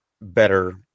better